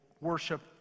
worship